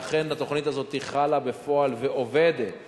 ואכן, התוכנית הזו חלה בפועל ועובדת